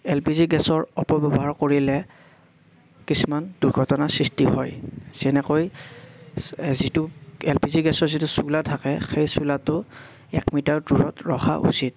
L P G গেছৰ অপব্যৱহাৰ কৰিলে কিছুমান দুৰ্ঘটনাৰ সৃষ্টি হয় যেনেকৈ যিটো এল পি জি গেছৰ যিটো চোলা থাকে সেই চোলাটো এক মিটাৰ দূৰত ৰখা উচিত